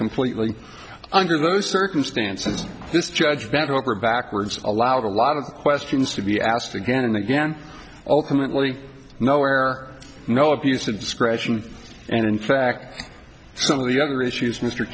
completely under those circumstances this judge bent over backwards allowed a lot of questions to be asked again and again ultimately no or no abuse of discretion and in fact some of the other issues mr